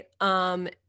right